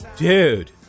Dude